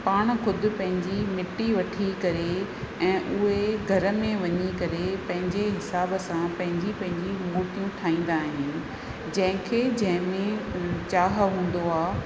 पाण ख़ुदि पंहिंजी मिटी वठी करे ऐं उहे घर में वञी करे पंहिंजे हिसाब सां पंहिंजी पंहिंजी मुर्तियूं ठाहींदा आहिनि जंहिंखे जंहिंमे चाह हूंदो आहे